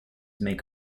make